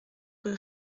rue